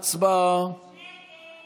הצעת סיעת